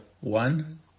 one